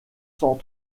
cent